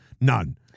None